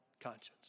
conscience